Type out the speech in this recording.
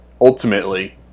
ultimately